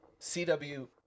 CW